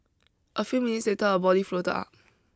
a few minutes later a body floated up